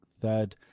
third